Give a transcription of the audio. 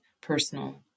personal